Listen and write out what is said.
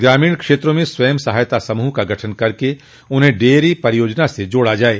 ग्रामीण क्षेत्रों में स्वयं सहायता समूह का गठन करके इन्हें डेयरी परियोजना से जोड़ा जाये